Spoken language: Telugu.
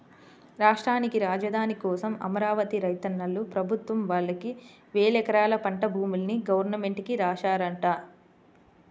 రాష్ట్రానికి రాజధాని కోసం అమరావతి రైతన్నలు ప్రభుత్వం వాళ్ళకి వేలెకరాల పంట భూముల్ని గవర్నమెంట్ కి రాశారంట